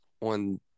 on